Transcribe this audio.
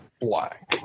black